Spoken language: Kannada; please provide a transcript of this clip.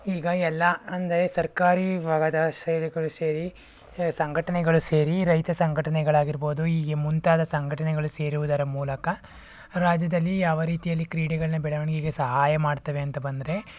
ಈಗ ಎಲ್ಲ ಅಂದರೆ ಸರ್ಕಾರಿ ಭಾಗದ ಸೇವೆಗಳು ಸೇರಿ ಸಂಘಟನೆಗಳು ಸೇರಿ ರೈತ ಸಂಘಟನೆಗಳಾಗಿರ್ಬೋದು ಈ ಮುಂತಾದ ಸಂಘಟನೆಗಳು ಸೇರೋದರ ಮೂಲಕ ರಾಜ್ಯದಲ್ಲಿ ಯಾವ ರೀತಿಯಲ್ಲಿ ಕ್ರೀಡೆಗಳನ್ನ ಬೆಳವಣಿಗೆಗೆ ಸಹಾಯ ಮಾಡ್ತವೆ ಅಂತ ಬಂದರೆ